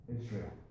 Israel